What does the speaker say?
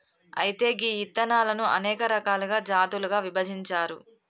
అయితే గీ ఇత్తనాలను అనేక రకాలుగా జాతులుగా విభజించారు